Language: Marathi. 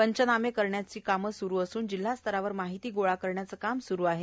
पंचनामे करण्याचे कामे सुरु असून जिल्हा स्तरावर माहिती गोळा करण्याचे काम सुरू आहे